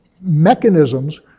mechanisms